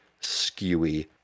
skewy